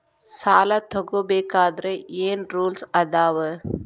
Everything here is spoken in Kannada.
ಸಾಲ ತಗೋ ಬೇಕಾದ್ರೆ ಏನ್ ರೂಲ್ಸ್ ಅದಾವ?